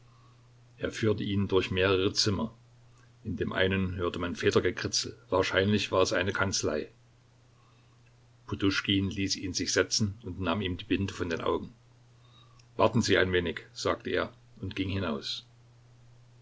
er führte ihn durch mehrere zimmer in dem einen hörte man federgekritzel wahrscheinlich war es eine kanzlei poduschkin ließ ihn sich setzen und nahm ihm die binde von den augen warten sie ein wenig sagte er und ging hinaus